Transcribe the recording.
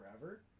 forever